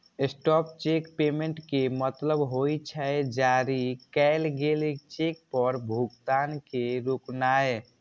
stop cheque payment के मतलब होइ छै, जारी कैल गेल चेक पर भुगतान के रोकनाय